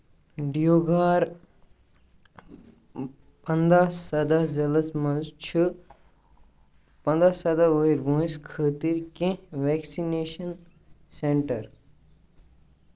دِیوگھار پَندہ سَدہ ضلعس مَنٛز چھِ پَندہ سَدہ وُہٕرۍ وٲنٛسہِ خٲطرٕ کانٛہہ ویکسِنیشن سینٹر ؟